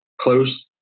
close